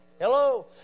Hello